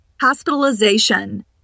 Hospitalization